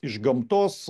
iš gamtos